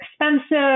expensive